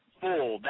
full